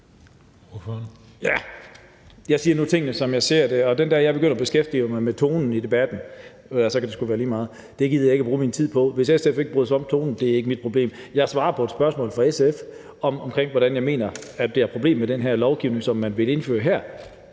jeg siger nu tingene, som jeg ser dem, og den dag, jeg begynder at beskæftige mig med tonen i debatten, så kan det sgu være lige meget, for det gider jeg ikke bruge min tid på. Hvis SF ikke bryder sig om tonen, er det ikke mit problem. Jeg svarer på et spørgsmål fra SF om, hvordan jeg mener det er et problem med den her lovgivning, som man vil indføre her.